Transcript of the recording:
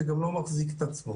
זה גם לא מחזיק את עצמו.